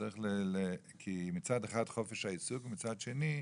כי מצד חופש העיסוק ומצד שני,